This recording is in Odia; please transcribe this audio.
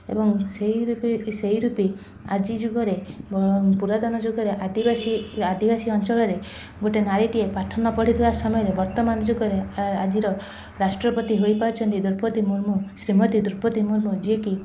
ଏବଂ ସେହିରୂପୀ ସେହିରୂପୀ ଆଜି ଯୁଗରେ ପୁରାତନ ଯୁଗରେ ଆଦିବାସୀ ଆଦିବାସୀ ଅଞ୍ଚଳରେ ଗୋଟେ ନାରୀଟିଏ ପାଠ ନ ପଢ଼ିଥିବା ସମୟରେ ବର୍ତ୍ତମାନ ଯୁଗରେ ଆଜିର ରାଷ୍ଟ୍ରପତି ହୋଇପାରିଛନ୍ତି ଦ୍ରୋପତି ମୁର୍ମୁ ଶ୍ରୀମତୀ ଦ୍ରୋପତି ମୁର୍ମୁ ଯିଏକି